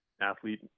athlete